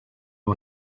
ubu